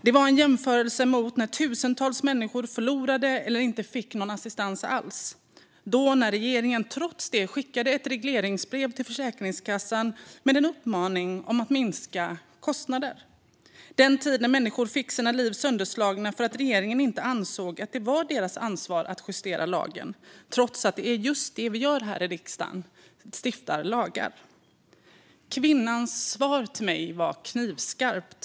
Det var en jämförelse med när tusentals människor förlorade sin assistans eller inte fick någon alls och då regeringen trots detta skickade ett regleringsbrev till Försäkringskassan med en uppmaning att minska kostnaderna. Det var en tid när människor fick sina liv sönderslagna därför att regeringen inte ansåg att det var dess ansvar att justera lagen, trots att det är just detta vi gör här i riksdagen - stiftar lagar. Kvinnans svar till mig var knivskarpt.